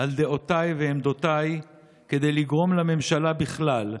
על דעותיי ועמדותיי כדי לגרום לממשלה בכלל,